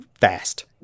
fast